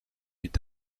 est